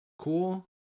cool